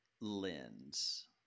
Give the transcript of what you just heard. lens